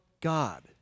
God